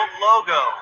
logo